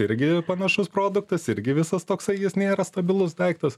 irgi panašus produktas irgi visas toksai jis nėra stabilus daiktas